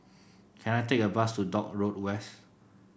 can I take a bus to Dock Road West